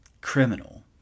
criminal